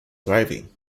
thriving